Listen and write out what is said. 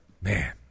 Man